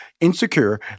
Insecure